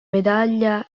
medaglia